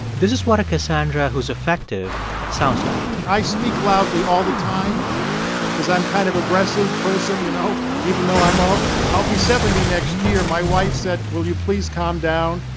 this is what a cassandra who's effective sounds like i speak loudly all the time because i'm kind of aggressive person, you know. even though i'm i'll be seventy next year. my wife said, will you please calm down?